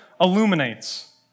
illuminates